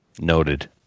Noted